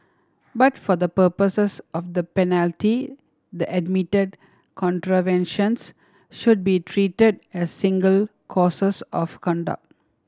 but for the purposes of the penalty the admitted contraventions should be treated as single courses of conduct